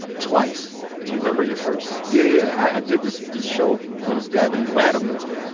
twice. do you remember your first? yeah. i did this this show for this guy named latimore.